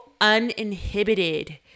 uninhibited